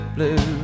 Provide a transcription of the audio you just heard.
Blue